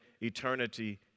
eternity